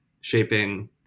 shaping